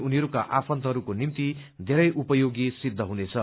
उनीहरूका आफन्तहरूको निम्ति धेरै उपयोगी सिद्ध हुनेछ